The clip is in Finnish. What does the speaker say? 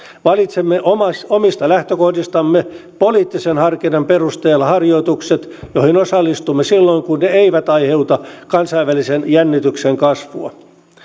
valitsemme omista lähtökohdistamme poliittisen harkinnan perusteella harjoitukset joihin osallistumme silloin kun ne eivät aiheuta kansainvälisen jännitteen kasvua